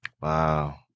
Wow